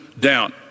down